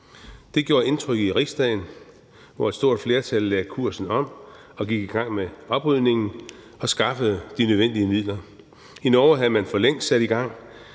Det gjorde indtryk i Rigsdagen, hvor et stort flertal lagde kursen om og gik i gang med oprydningen og skaffede de nødvendige midler. I Norge havde man for længst sat i gang